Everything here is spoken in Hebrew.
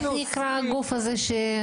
איך נקרא הגוף הזה?